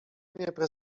zwiększenie